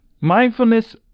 Mindfulness